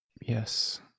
Yes